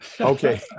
Okay